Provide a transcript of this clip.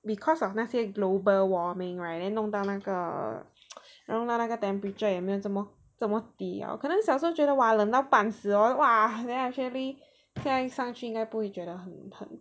because of 那些 global warming right then 弄到那个弄到那个 temperature 也没有这么这么低 liao 可能小时候觉得 !wah! 冷到半死 oh !wah! then actually 现在上去应该不会觉得很冷